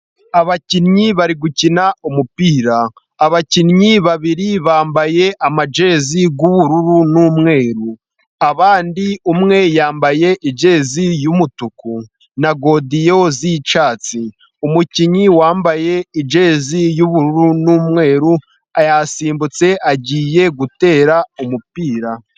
Abakinnyi bari gukina umupira abakinnyi babiri bambaye amajezi y'ubururu n'umweru abandi umwe yambaye ijezi y'umutuku na godiyo z'icyatsi, umukinnyi wambaye ijezi y'ubururu n'umweru yasimbutse agiye gutera umupira.